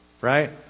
Right